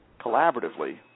collaboratively